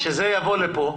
כשזה יבוא לכאן,